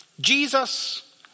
Jesus